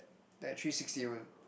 that three sixty [one]